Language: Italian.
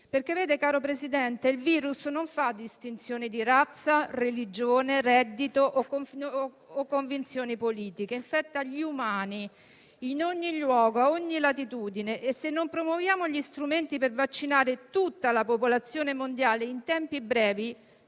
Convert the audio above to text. insieme. Presidente, il virus infatti non fa distinzione di razza, religione, reddito o convinzioni politiche; infetta gli umani in ogni luogo e a ogni latitudine e, se non troviamo gli strumenti per vaccinare tutta la popolazione mondiale in tempi brevi,